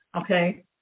Okay